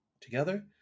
together